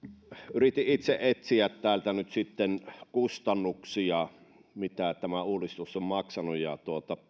yritin itse etsiä täältä nyt sitten kustannuksia mitä tämä uudistus on maksanut ja